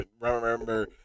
remember